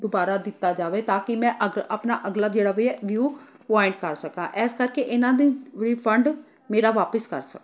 ਦੁਬਾਰਾ ਦਿੱਤਾ ਜਾਵੇ ਤਾਂ ਕਿ ਮੈਂ ਅਗ ਆਪਣਾ ਅਗਲਾ ਜਿਹੜਾ ਵੀ ਆ ਵਿਊ ਪੁਆਇੰਟ ਕਰ ਸਕਾਂ ਇਸ ਕਰਕੇ ਇਹਨਾਂ ਦੇ ਰਿਫੰਡ ਮੇਰਾ ਵਾਪਸ ਕਰ ਸਕਣ